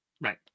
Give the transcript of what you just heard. right